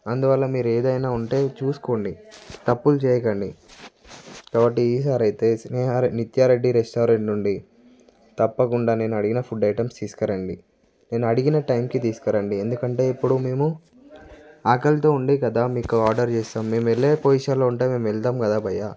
అందువల్ల మీరు ఏదైనా ఉంటే చూసుకోండి తప్పులు చేయకండి కాబట్టీ ఈసారి అయితే స్నేహారె నిత్యారెడ్డి రెస్టారెంట్ నుండి తప్పకుండా నేను అడిగిన ఫుడ్ ఐటమ్స్ తీసుకురండి నేను అడిగిన టైంకి తీసుకురండి ఎందుకంటే ఇప్పుడు మేము ఆకలితో ఉండే కదా మీకు ఆర్డర్ చేసాము మేము వెళ్ళే పొజిషన్లో ఉంటే మేము వెళతాము కదా భయ్యా